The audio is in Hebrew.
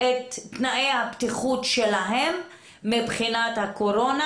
את תנאי הבטיחות שלהם מבחינת הקורונה,